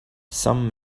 some